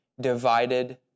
divided